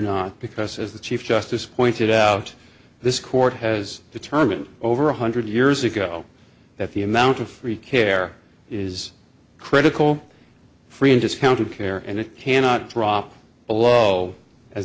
not because as the chief justice pointed out this court has determined over one hundred years ago that the amount of free care is critical free and discounted care and it cannot drop below as